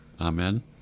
Amen